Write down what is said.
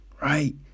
right